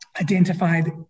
identified